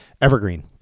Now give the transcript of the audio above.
Evergreen